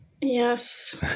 Yes